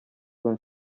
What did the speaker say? белән